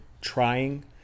trying